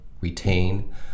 retain